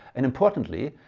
and, importantly,